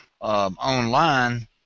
online